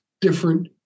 different